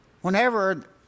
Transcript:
Whenever